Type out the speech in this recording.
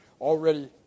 already